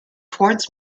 towards